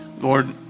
Lord